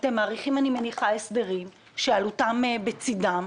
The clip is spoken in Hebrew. אתם מאריכים הסדרים שעלותם בצידם,